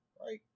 right